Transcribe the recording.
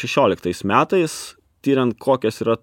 šešioliktais metais tiriant kokios yra